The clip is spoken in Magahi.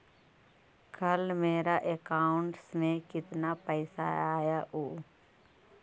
कल मेरा अकाउंटस में कितना पैसा आया ऊ?